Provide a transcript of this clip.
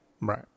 Right